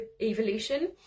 evolution